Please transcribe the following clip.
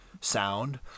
sound